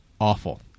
awful